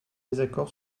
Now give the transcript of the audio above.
désaccord